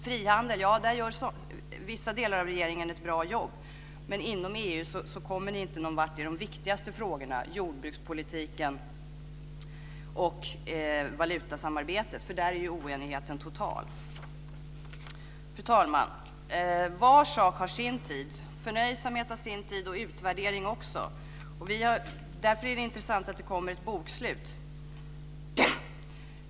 Vad gäller frihandeln gör vissa delar av regeringen ett bra jobb men inom EU kommer ni inte någonvart i de viktigaste frågorna, jordbrukspolitiken och valutasamarbetet, för där är ju oenigheten total. Fru talman! Var sak har sin tid. Förnöjsamhet har sin tid och utvärdering har sin. Därför är det intressant att det kommer ett bokslut.